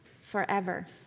forever